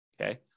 okay